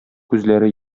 күзләре